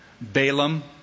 Balaam